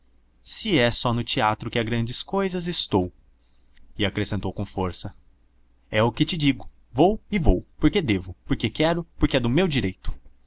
se é só no teatro que há grandes cousas estou e acrescentava com força é o que te digo vou e vou porque devo porque quero porque é do meu direito